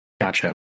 Gotcha